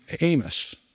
Amos